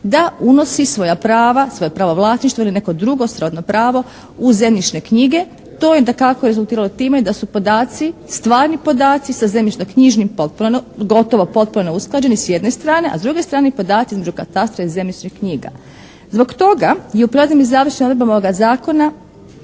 prava, svoje pravo vlasništvo ili neko drugo srodno pravo u zemljišne knjige. To je dakako rezultiralo time da su podaci, stvarni podaci sa zemljišno-knjižnim potpuno, gotovo potpuno neusklađeni s jedne strane. A s druge strane i podaci između katastra i zemljišnih knjiga. Zbog toga je … /Govornik se ne razumije./ … završnim odredbama ovoga zakona